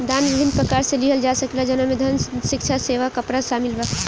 दान विभिन्न प्रकार से लिहल जा सकेला जवना में धन, भिक्षा, सेवा, कपड़ा शामिल बा